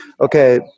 okay